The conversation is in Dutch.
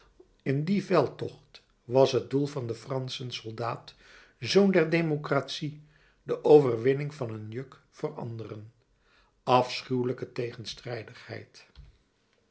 in dien veldtocht was het doel van den franschen soldaat zoon der democratie de overwinning van een juk voor anderen afschuwelijke tegenstrijdigheid